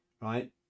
right